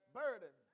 burden